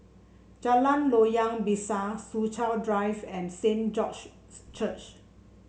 Jalan Loyang Besar Soo Chow Drive and Saint George's Church